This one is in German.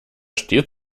steht